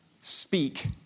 speak